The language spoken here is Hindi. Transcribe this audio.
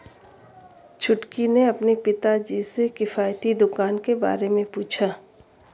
छुटकी ने अपने पिताजी से किफायती दुकान के बारे में पूछा